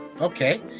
okay